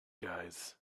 guys